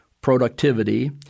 productivity